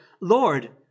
Lord